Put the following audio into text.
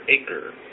acre